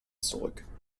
zurück